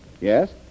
Yes